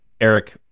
Eric